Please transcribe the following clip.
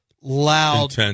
loud